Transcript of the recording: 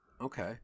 Okay